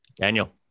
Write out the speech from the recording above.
Daniel